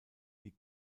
die